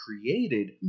created